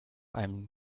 einem